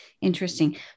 Interesting